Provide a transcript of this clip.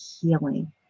healing